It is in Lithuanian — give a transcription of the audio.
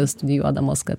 studijuodamos kad